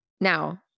Now